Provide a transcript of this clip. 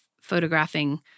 photographing